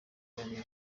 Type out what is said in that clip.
banjye